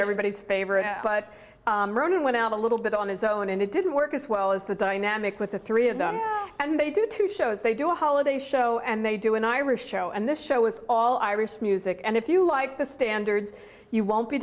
everybody's favorite but it went out a little bit on his own and it didn't work as well as the dynamic with the three of them and they do two shows they do a holiday show and they do an irish show and this show is all irish music and if you like the standards you won't be